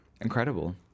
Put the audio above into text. Incredible